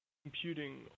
computing